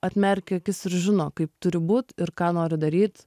atmerkia akis ir žino kaip turi būt ir ką noriu daryt